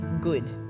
good